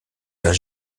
aires